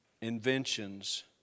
inventions